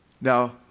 Now